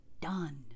done